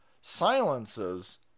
silences